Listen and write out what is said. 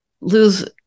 lose